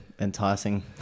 enticing